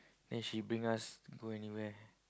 then she bring us to go anywhere